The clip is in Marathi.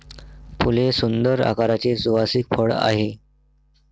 फूल हे सुंदर आकाराचे सुवासिक फळ आहे